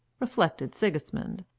reflected sigismund,